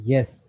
Yes